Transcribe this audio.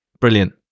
Brilliant